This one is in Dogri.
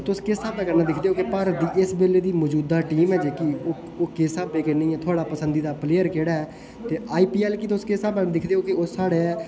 ते तुस किस स्हाबै कन्नै दिक्खदे ओ की भारत दी इस बेल्ले दी मजूदा टीम ऐ जेह्की ओह् किस स्हाबै कन्नै थुहाड़ा पसंदीदा प्लेयर केह्ड़ा ऐ ते आई पी ऐल गी तुस किस स्हाबै कन्नै दिक्खदे ओ की ओह् साढ़े